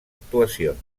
actuacions